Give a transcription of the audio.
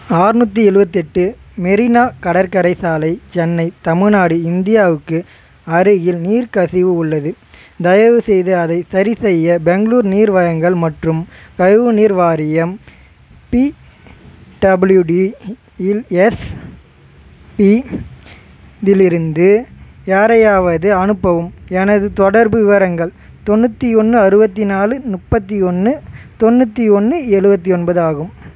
ஆறுநூத்தி எழுவத்தெட்டு மெரினா கடற்கரை சாலை சென்னை தமிழ்நாடு இந்தியாவுக்கு அருகில் நீர் கசிவு உள்ளது தயவுசெய்து அதை சரி செய்ய பெங்களூர் நீர் வழங்கல் மற்றும் கழுவு நீர் வாரியம் பிடபிள்யூடி யில் எஸ்பி விலிருந்து யாரையாவது அனுப்பவும் எனது தொடர்பு விவரங்கள் தொண்ணூற்றி ஒன்று அறுபத்தி நாலு முப்பத்தி ஒன்று தொண்ணூற்றி ஒன்று எழுவத்தி ஒன்பதாகும்